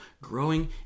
growing